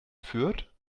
fürth